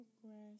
progress